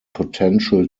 potential